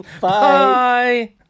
Bye